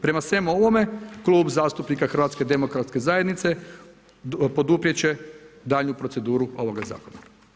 Prema svemu ovome Klub zastupnika HDZ-a poduprijet će daljnju proceduru ovoga Zakona.